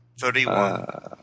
Thirty-one